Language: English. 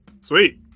Sweet